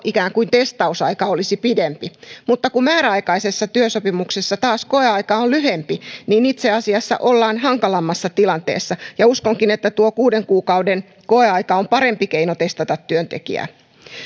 ikään kuin tuo testausaika olisi pidempi mutta kun määräaikaisessa työsopimuksessa taas koeaika on lyhempi niin itse asiassa ollaan hankalammassa tilanteessa ja uskonkin että tuo kuuden kuukauden koeaika on parempi keino testata työntekijää